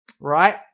right